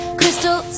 crystal